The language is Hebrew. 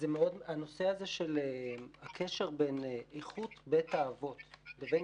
הנושא הזה של הקשר בין איכות בית האבות לבין